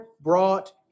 brought